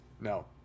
No